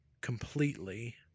completely